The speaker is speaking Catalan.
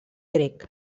grec